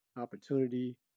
opportunity